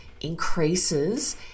increases